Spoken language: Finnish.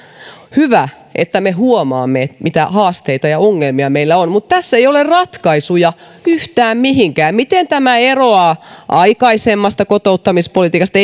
hyvä että me huomaamme mitä haasteita ja ongelmia meillä on mutta tässä ei ole ratkaisuja yhtään mihinkään miten tämä eroaa aikaisemmasta kotouttamispolitiikasta